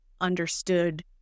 understood